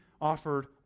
offered